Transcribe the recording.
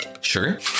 Sure